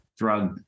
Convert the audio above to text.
drug